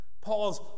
Paul's